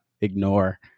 ignore